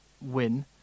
win